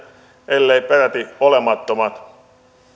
elleivät peräti olemattomat